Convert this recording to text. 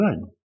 good